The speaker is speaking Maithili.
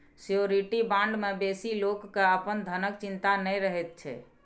श्योरिटी बॉण्ड मे बेसी लोक केँ अपन धनक चिंता नहि रहैत छै